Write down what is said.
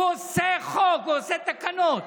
הוא עושה חוק, הוא עושה תקנות